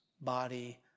body